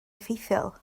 effeithiol